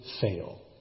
fail